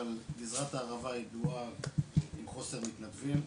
אבל גזרת הערבה ידועה עם חוסר מתנדבים,